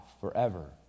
forever